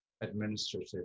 administrative